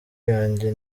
yanjye